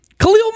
Khalil